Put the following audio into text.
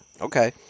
Okay